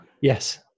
Yes